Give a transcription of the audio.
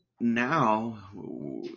now